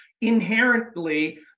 inherently